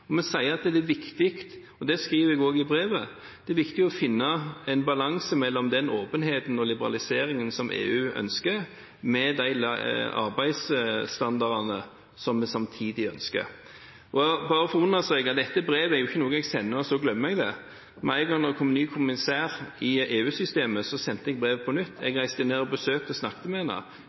Vi sier at det er viktig – og det skriver jeg også i brevet – å finne en balanse mellom den åpenheten og liberaliseringen som EU ønsker, og de arbeidsstandardene som vi samtidig ønsker. Bare for å understreke: Dette brevet er jo ikke noe jeg sender og så glemmer jeg det. Med en gang det kom en ny kommissær i EU-systemet, sendte jeg brevet på nytt. Jeg reiste ned og besøkte og snakket med